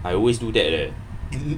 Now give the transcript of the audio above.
I always do that leh